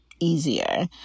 easier